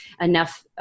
enough